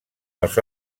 els